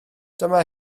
dyma